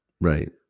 right